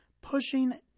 pushing